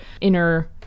inner